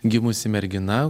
gimusi mergina